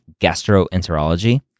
gastroenterology